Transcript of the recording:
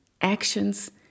actions